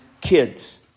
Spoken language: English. kids